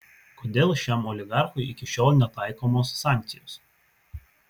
kodėl šiam oligarchui iki šiol netaikomos sankcijos